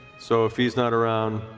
so if he's not around,